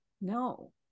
No